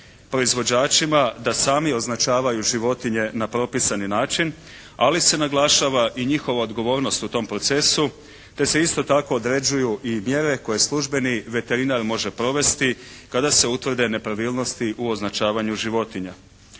proizvođačima da sami označavaju životinje na propisani način ali se naglašava i njihova odgovornost u tom procesu te se isto tako određuju i mjere koje službeni veterinar može provesti kada se utvrde nepravilnosti u označavanju životinja.